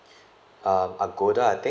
um agoda I think